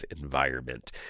Environment